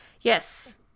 Yes